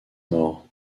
mort